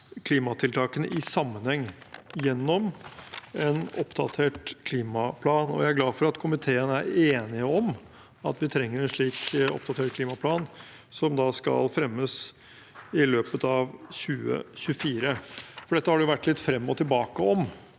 klimatiltakene i sammenheng gjennom en oppdatert klimaplan. Jeg er glad for at vi er enige i komiteen om at vi trenger en slik oppdatert klimaplan, som da skal fremmes i løpet av 2024. Dette har det vært litt frem og tilbake om.